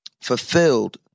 fulfilled